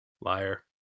Liar